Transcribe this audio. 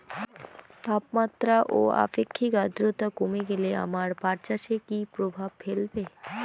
তাপমাত্রা ও আপেক্ষিক আদ্রর্তা কমে গেলে আমার পাট চাষে কী প্রভাব ফেলবে?